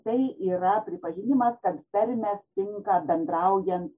tai yra pripažinimas kad tarmės tinka bendraujant